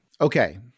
Okay